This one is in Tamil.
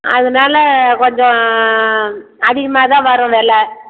அதனால் கொஞ்சம் அதிகமாக தான் வரும் விலை